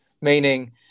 Meaning